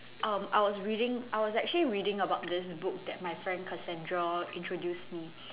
um I was reading I was actually reading about this book that my friend Cassandra introduced me